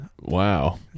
Wow